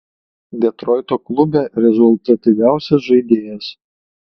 detroito klube rezultatyviausias žaidėjas